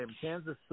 Kansas